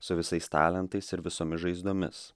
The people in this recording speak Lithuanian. su visais talentais ir visomis žaizdomis